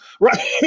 right